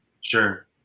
Sure